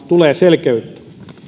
tulee selkeyttä